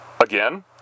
again